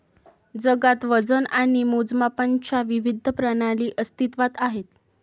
जगात वजन आणि मोजमापांच्या विविध प्रणाली अस्तित्त्वात आहेत